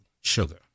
sugar